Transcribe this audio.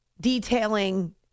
detailing